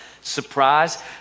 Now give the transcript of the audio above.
surprise